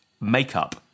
Makeup